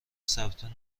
ثبت